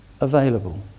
available